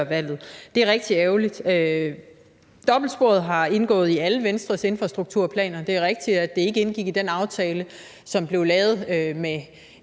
valget. Det er rigtig ærgerligt. Dobbeltsporet har indgået i alle Venstres infrastrukturplaner. Det er rigtigt, at det ikke indgik i den aftale, som blev lavet med